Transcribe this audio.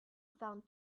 found